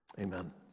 amen